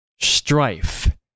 strife